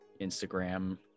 Instagram